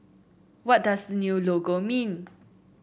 what does new logo mean